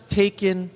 taken